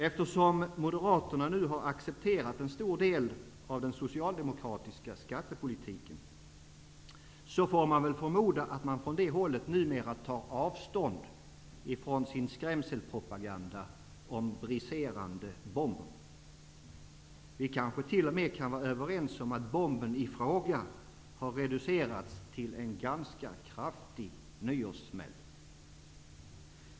Eftersom Moderaterna nu har accepterat en stor del av den socialdemokratiska skattepolitiken, förmodar jag att man från det hållet numera tar avstånd från sin skrämselpropaganda om briserande bomber. Vi kan kanske t.o.m. vara överens om att bomben i fråga har reducerats till en ganska kraftig nyårssmäll?